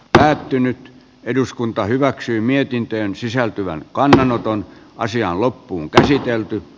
päättynyt eduskunta hyväksyi mietintöön sisältyvän kannanoton asia on kaupungeissa